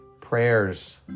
prayers